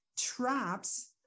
traps